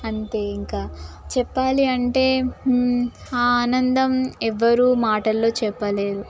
అంతే ఇంక చెప్పాలి అంటే ఆ ఆనందం ఎవరు మాటలలో చెప్పలేరు